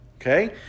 okay